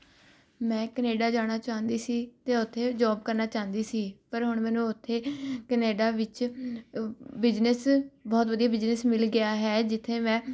ਮੈਂ ਕੇਨੈਡਾ ਜਾਣਾ ਚਾਹੁੰਦੀ ਸੀ ਅਤੇ ਉੱਥੇ ਜੌਬ ਕਰਨਾ ਚਾਹਦੀ ਸੀ ਪਰ ਹੁਣ ਮੈਨੂੰ ਉੱਥੇ ਕੈਨੇਡਾ ਵਿੱਚ ਬਿਜਨਸ ਬਹੁਤ ਵਧੀਆ ਬਿਜ਼ਨਸ ਮਿਲ ਗਿਆ ਹੈ ਜਿੱਥੇ ਮੈਂ